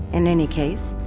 in any case,